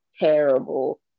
terrible